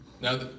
Now